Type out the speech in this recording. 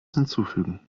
hinzufügen